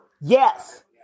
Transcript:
Yes